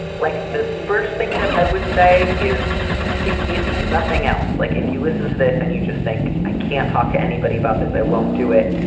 like the first thing that i would say is if if nothing else like if you listen to this and you just think i can't talk to anybody about this i won't do it.